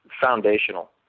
foundational